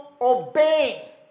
obey